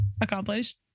accomplish